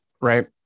right